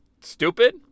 stupid